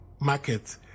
market